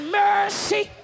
mercy